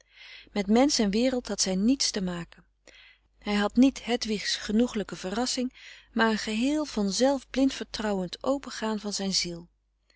met mensch en wereld had zij niets te maken hij had niet hedwigs genoegelijke verrassing maar een geheel van-zelf blind vertrouwend opengaan van zijn ziel